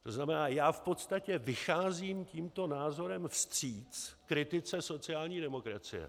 To znamená, já v podstatě vycházím tímto názorem vstříc kritice sociální demokracie.